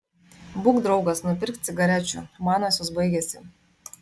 būk draugas nupirk cigarečių manosios baigėsi